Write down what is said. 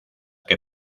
que